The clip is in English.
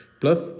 plus